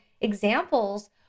examples